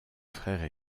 frères